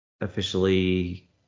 officially